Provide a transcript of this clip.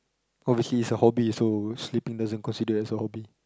obviously it's a hobby so sleeping doesn't consider as a hobby